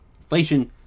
Inflation